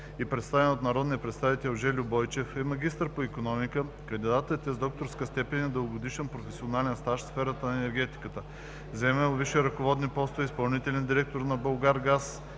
и представен от народния представител Жельо Бойчев, е магистър по икономика. Кандидатът е с докторска степен и дългогодишен професионален стаж в сферата на енергетиката. Заемал е висши ръководни постове – изпълнителен директор на „Булгаргаз“